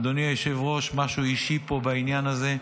אדוני היושב-ראש, משהו אישי בעניין הזה: